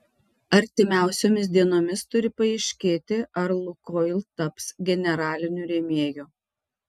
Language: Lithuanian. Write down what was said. artimiausiomis dienomis turi paaiškėti ar lukoil taps generaliniu rėmėju